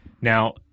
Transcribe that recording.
Now